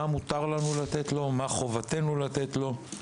מה מותר לנו לתת לו, מה חובתנו לתת לו.